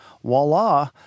voila